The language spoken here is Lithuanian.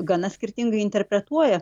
gana skirtingai interpretuoja